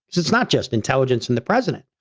it's it's not just intelligence in the president.